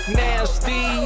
nasty